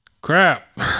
crap